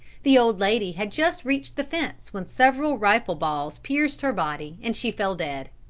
the old lady had just reached the fence when several rifle balls pierced her body and she fell dead.